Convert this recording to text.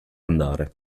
andare